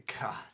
God